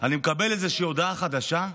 אני מקבל איזושהי הודעה חדשה,